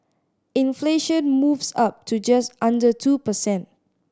inflation moves up to just under two per cent